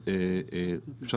במי שלא